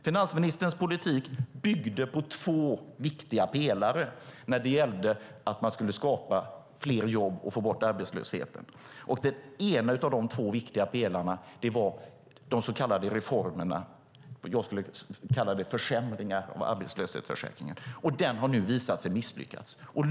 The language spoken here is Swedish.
Finansministerns politik byggde på två viktiga pelare när det gällde att skapa fler jobb och få bort arbetslösheten. Den ena av dessa två viktiga pelare var de så kallade reformerna - jag skulle kalla dem försämringar - av arbetslöshetsförsäkringen. De har nu visat sig vara misslyckat.